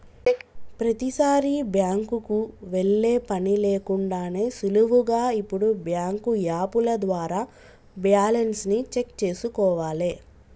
ప్రతీసారీ బ్యాంకుకి వెళ్ళే పని లేకుండానే సులువుగా ఇప్పుడు బ్యాంకు యాపుల ద్వారా బ్యాలెన్స్ ని చెక్ చేసుకోవాలే